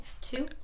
two